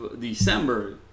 December